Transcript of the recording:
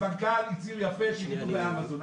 הסמנכ"ל הצהיר יפה שיקנו באמזון.